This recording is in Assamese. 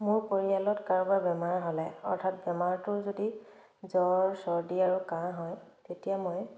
মোৰ পৰিয়ালত কাৰোবাৰ বেমাৰ হ'লে অৰ্থাৎ বেমাৰটোৰ যদি জ্বৰ চৰ্দি আৰু কাহ হয় তেতিয়া মই